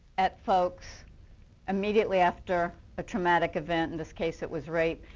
at folks immediately after a traumatic event, in this case it was rape.